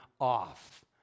off